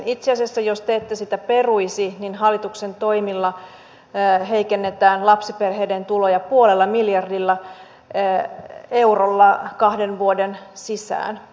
itse asiassa jos te ette sitä peruisi niin hallituksen toimilla heikennettäisiin lapsiperheiden tuloja puolella miljardilla eurolla kahden vuoden sisään